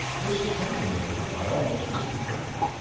was so taken with her i almost missed the train.